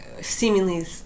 seemingly